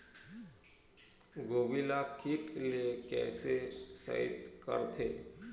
गोभी ल कीट ले कैसे सइत करथे?